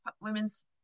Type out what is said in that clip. women's